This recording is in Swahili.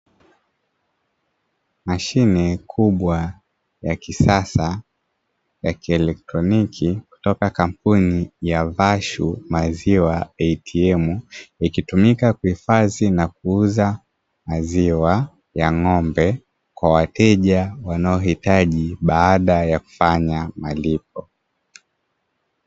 Mashine kubwa ya kisasa yakieletroniki kutoka kampuni ya "VASHU MAZIWA ATM", ikitumika kuhifadhi na kuuza maziwa ya ng'ombe kwa wateja wanaohitaji baada ya kufanya malipo.